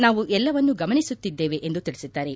ನಾವು ಎಲ್ಲವನ್ನೂ ಗಮನಿಸುತ್ತಿದ್ದೇವೆ ಎಂದು ತಿಳಿಸಿದ್ದಾರೆ